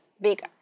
bigger